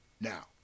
Now